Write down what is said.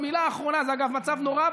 מילה אחרונה: זה אגב מצב נורא,